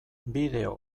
bideo